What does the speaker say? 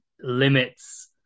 limits